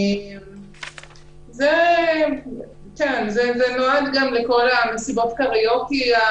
זה נועד גם לכל מסיבות הקריוקי.